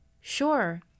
Sure